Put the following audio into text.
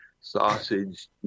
sausage